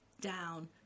Down